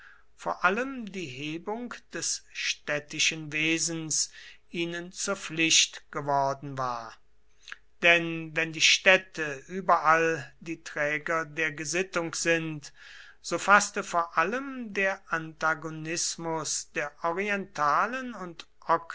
vor allem die hebung des städtischen wesens ihnen zur pflicht geworden war denn wenn die städte überall die träger der gesittung sind so faßte vor allem der antagonismus der orientalen und